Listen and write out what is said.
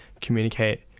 communicate